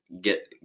get